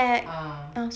ah